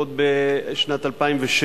עוד בשנת 2007,